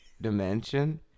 dimension